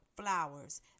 flowers